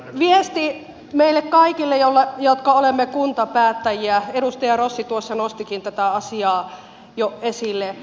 mutta viesti meille kaikille jotka olemme kuntapäättäjiä edustaja rossi tuossa nostikin tätä asiaa jo esille